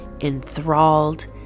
enthralled